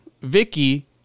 vicky